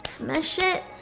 smash it,